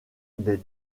des